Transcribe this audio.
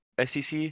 SEC